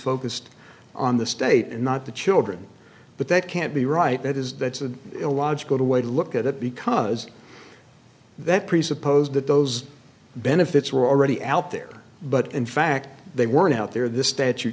focused on the state and not the children but that can't be right that is that's an illogical way to look at it because that presupposed that those benefits were already out there but in fact they weren't out there this statu